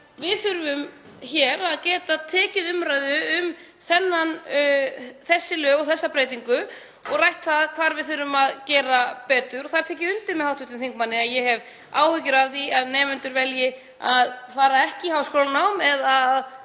við þurfum hér að geta tekið umræðu um þessi lög og þessa breytingu og rætt það hvar við þurfum að gera betur og þar tek ég undir með hv. þingmanni, að ég hef áhyggjur af því að nemendur velji að fara ekki í háskólanám eða